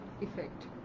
effect